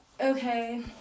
okay